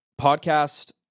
podcast